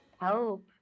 help